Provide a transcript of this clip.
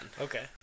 Okay